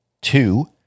Two